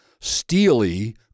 steely